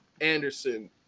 Anderson